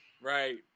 Right